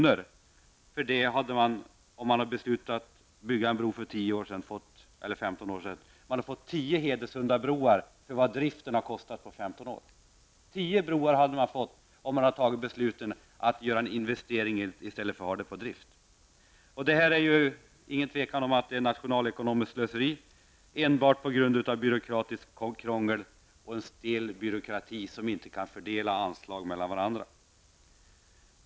Om man hade beslutat bygga en bro för 15 år sedan, hade man fått tio Hedesundabroar för vad driften har kostat under dessa år. Det är utan tvivel nationalekonomiskt slöseri enbart på grund av byråkratiskt krångel. En stel byråkrati leder till att man inte kan fördela anslagen mellan varandra.